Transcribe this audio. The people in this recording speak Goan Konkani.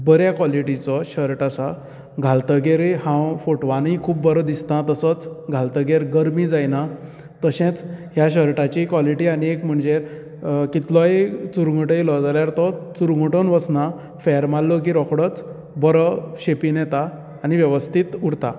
बऱ्या कॉलिटीचो शर्ट आसा घालतगीरय हांव फोटवानय खूब बरो दिसता तसोच घालगीर गरमी जायना तशेंच ह्या शर्टाची कॉलिटी आनी एक म्हणजे कितलोच चुरमूटयलो जाल्यार तो चुरमूटोन वचना फॅर मारलो की बरो शेपीन येता आनी बरो वेवस्थित उरता